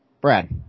Brad